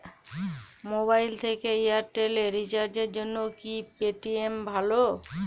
Mobile থেকে Airtel এ রিচার্জের জন্য কি পেটিএম ভালো?